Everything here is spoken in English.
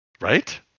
right